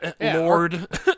lord